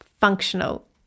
functional